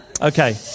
Okay